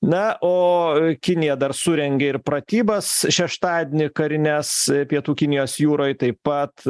na o kinija dar surengė ir pratybas šeštadienį karines pietų kinijos jūroj taip pat